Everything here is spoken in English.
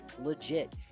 legit